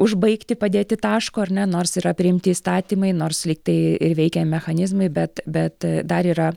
užbaigti padėti taško ar ne nors yra priimti įstatymai nors lyg tai ir veikia mechanizmai bet bet dar yra